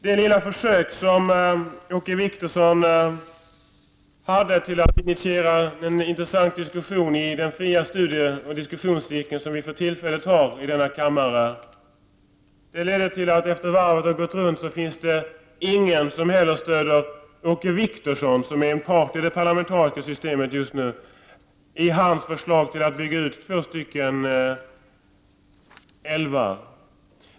Det lilla försök som Åke Wictorsson gjorde för att initiera en intressant diskussion i den fria studieoch diskussionscirkel som vi för tillfället deltar i ledde till att det efter det att varvet hade gått runt inte finns någon som stöder Åke Wictorsson, som är en part i det parlamentariska systemet, i hans förslag om att bygga ut två älvar.